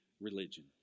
religion